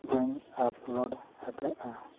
ᱵᱟᱹᱧ ᱟᱯᱞᱳᱰ ᱟᱠᱟᱫᱟ